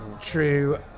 true